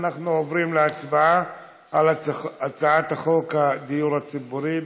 אנחנו עוברים להצבעה על הצעת החוק הדיור הציבורי.